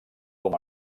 com